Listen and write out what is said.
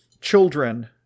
children